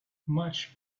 much